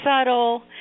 subtle